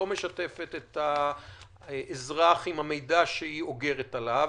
לא משתפת את האזרח עם המידע שהיא אוגרת עליו